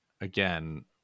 Again